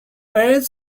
arrange